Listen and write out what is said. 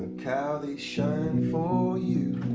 look how they shine for you